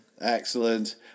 Excellent